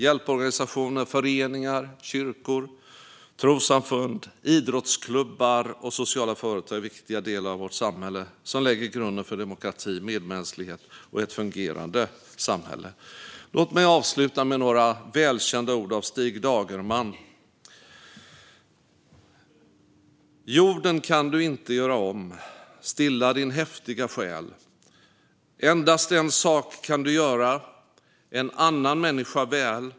Hjälporganisationer, föreningar, kyrkor, trossamfund, idrottsklubbar och sociala företag är viktiga delar av vårt samhälle som lägger grunden för demokrati, medmänsklighet och ett fungerande samhälle. Låt mig avsluta med några välkända ord av Stig Dagerman: Jorden kan du inte göra om. Stilla din häftiga själ! Endast en sak kan du göra:en annan människa väl.